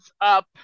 up